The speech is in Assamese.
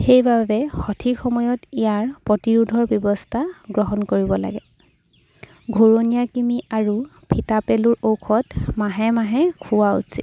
সেইবাবে সঠিক সময়ত ইয়াৰ প্ৰতিৰোধৰ ব্যৱস্থা গ্ৰহণ কৰিব লাগে ঘূৰণীয়া কৃমি আৰু ফিতাপেলুৰ ঔষধ মাহে মাহে খোওৱা উচিত